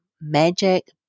magic